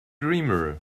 dreamer